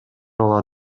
ала